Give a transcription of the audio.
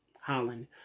Holland